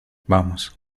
vamos